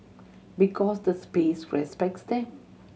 because the space respects them